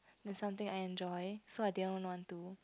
not something I enjoy so I didn't want to